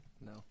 No